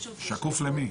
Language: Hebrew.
שקוף למי?